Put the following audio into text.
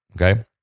Okay